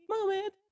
moment